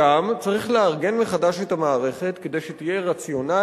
צריך לתת עדיפויות וגם צריך לארגן מחדש את המערכת כדי שתהיה רציונלית,